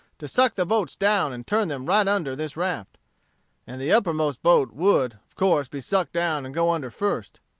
to suck the boats down and turn them right under this raft and the uppermost boat would, of course, be suck'd down and go under first.